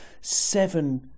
seven